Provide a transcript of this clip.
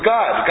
God